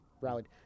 rallied